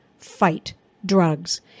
fightdrugs